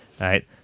Right